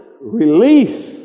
relief